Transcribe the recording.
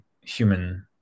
human